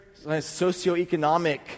socioeconomic